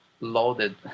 loaded